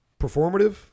performative